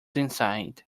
inside